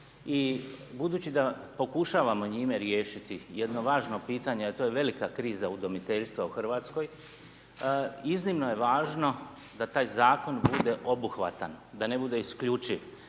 i budući da pokušavamo njime riješiti jedno važno pitanje a to je velika kriza udomiteljstva u Hrvatskoj, iznimno je važno da taj zakon bude obuhvatan, da ne bude isključiv,